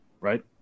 Right